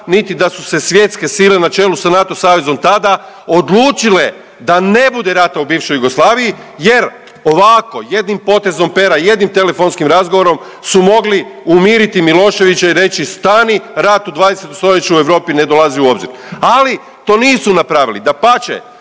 niti da su se svjetske sile na čelu sa NATO savezom tada odlučile da ne bude rata u bivšoj Jugoslaviji jer ovako, jednim potezom pera, jednim telefonskim razgovorom su mogli umiriti Miloševića i reći stani, rat u 20. st. u Europi ne dolazi u obzir. Ali, to nisu napravili. Dapače,